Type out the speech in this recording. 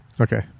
Okay